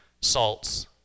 salts